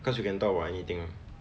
cause you can talk about anything [one]